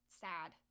Sad